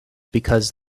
because